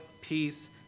peace